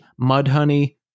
Mudhoney